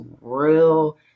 real